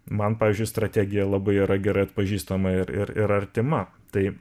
man pavyzdžiui strategija labai yra gerai atpažįstama ir ir ir artima tai